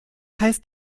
heißt